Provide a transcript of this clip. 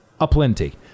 aplenty